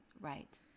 Right